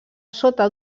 sota